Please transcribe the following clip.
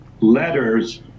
letters